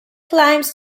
climbs